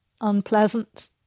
Unpleasant